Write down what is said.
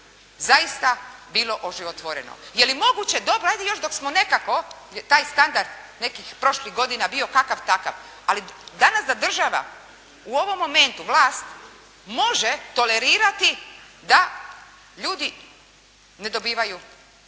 zaista bilo oživotvoreno. Je li moguće, dobro ajde još dok smo nekako taj standard prošlih godina bio kakav takav, ali danas da država u ovom momentu vlast može tolerirati da ljudi ne dobivaju